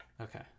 Okay